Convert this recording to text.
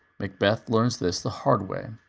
macbeth learns this the hard way.